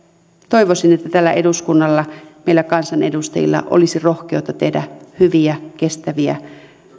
toivoisin että tällä eduskunnalla meillä kansanedustajilla olisi rohkeutta tehdä hyviä kestäviä